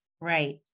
Right